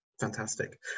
fantastic